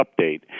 update